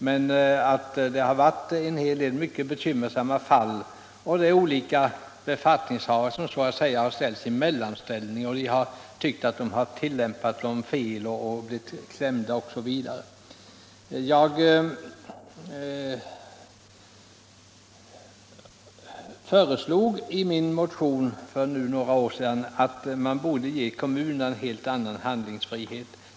Men vi har haft många bekymmersamma fall, där olika befattningshavare har kommit i en mellanställning och man har tyckt att bestämmelserna tilllämpats felaktigt så att man har kommit i kläm. I en motion för några år sedan föreslog jag att man borde ge kommunerna en helt annan handlingsfrihet.